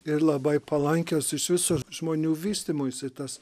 ir labai palankios iš viso žmonių vystymuisi tas